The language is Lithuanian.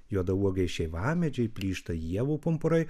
juodauogiai šeivamedžiai plyšta ievų pumpurai